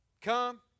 come